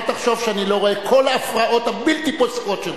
אל תחשוב שאני לא רואה את כל ההפרעות הבלתי-פוסקות שלך.